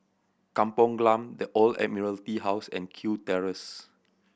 Kampong Glam The Old Admiralty House and Kew Terrace